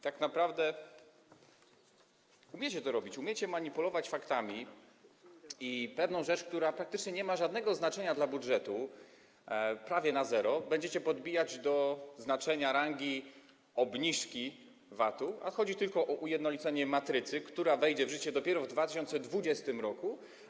Tak naprawdę umiecie to robić, umiecie manipulować faktami i pewną rzecz, która praktycznie nie ma żadnego znaczenia dla budżetu, bo prawie zero, będziecie podbijać do znaczenia rangi obniżki VAT-u, a chodzi tylko o ujednolicenie matrycy, która wejdzie w życie dopiero w 2020 r.